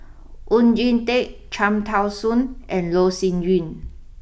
Oon Jin Teik Cham Tao Soon and Loh Sin Yun